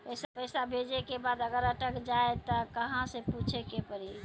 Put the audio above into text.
पैसा भेजै के बाद अगर अटक जाए ता कहां पूछे के पड़ी?